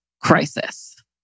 crisis